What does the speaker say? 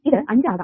ഇത് അഞ്ച് ആകാം